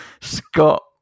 Scott